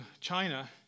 China